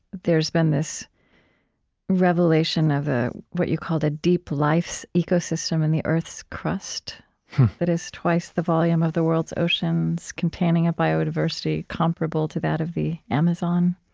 there's been this revelation of what you called a deep life so ecosystem in the earth's crust that is twice the volume of the world's oceans, containing a biodiversity comparable to that of the amazon.